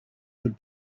would